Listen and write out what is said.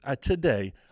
today